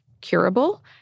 curable